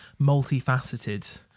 multifaceted